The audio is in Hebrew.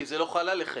כי זה לא חל עליכם?